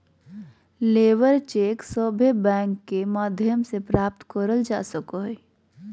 labour cheque सभे bank के माध्यम से प्राप्त करल जा सको हय